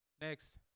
Next